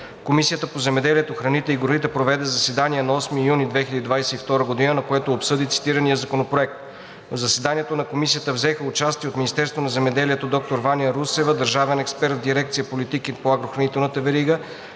Комисията по земеделието, храните и горите проведе заседание на 8 юни 2022 г., на което обсъди цитирания Законопроект. В заседанието на Комисията взеха участие – от Министерството на земеделието: доктор Ваня Русева – държавен експерт в дирекция „Политики по агрохранителната верига“,